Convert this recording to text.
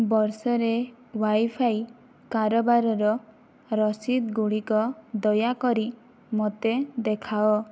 ବର୍ଷ ରେ wifi କାରବାରର ରସିଦ ଗୁଡ଼ିକ ଦୟାକରି ମୋତେ ଦେଖାଅ